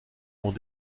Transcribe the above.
ont